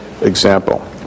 example